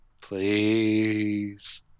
Please